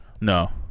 No